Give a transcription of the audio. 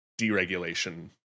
deregulation